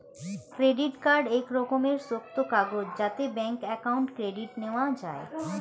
credit card এক রকমের শক্ত কাগজ যাতে ব্যাঙ্ক অ্যাকাউন্ট ক্রেডিট নেওয়া যায়